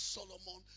Solomon